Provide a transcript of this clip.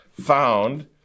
found